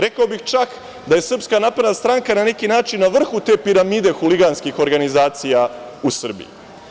Rekao bih čak da je SNS na neki način na vrhu te piramide huliganskih organizacija u Srbiji.